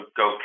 go